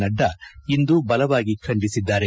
ನಡ್ಡಾ ಇಂದು ಬಲವಾಗಿ ಖಂಡಿಸಿದ್ದಾರೆ